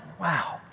Wow